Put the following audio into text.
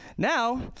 Now